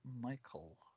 Michael